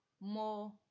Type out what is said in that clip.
more